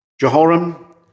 Jehoram